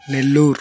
Nellore